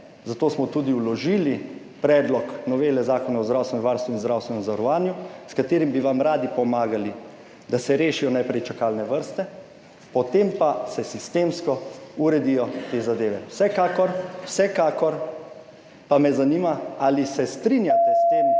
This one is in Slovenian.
Zato smo tudi vložili predlog novele Zakona o zdravstvenem varstvu in zdravstvenem zavarovanju, s katerim bi vam radi pomagali, da se rešijo najprej čakalne vrste, potem pa se sistemsko uredijo te zadeve. Vsekakor pa me zanima: Ali se strinjate s to